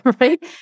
right